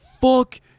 Fuck